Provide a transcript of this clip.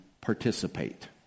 participate